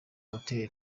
hotel